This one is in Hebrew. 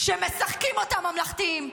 שמשחקים אותה ממלכתיים,